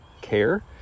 care